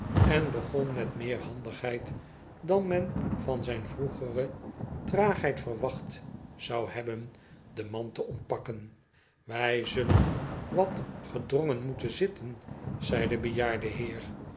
en begon met meer handigheid dan men van zijn vroegere traagheid verwacht zou hebben de mand te ontpakken wij zullen wat gedrongen moeten zitten zei de bejaarde heer